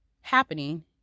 happening